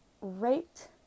raped